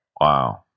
Wow